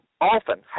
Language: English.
often